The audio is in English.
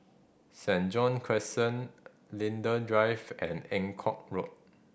Saint John Crescent Linden Drive and Eng Kong Road